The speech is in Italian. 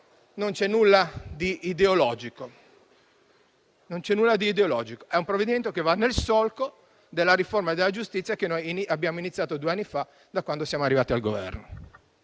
non c'è nulla di ideologico: il provvedimento va nel solco della riforma della giustizia che noi abbiamo iniziato due anni fa da quando siamo arrivati al Governo.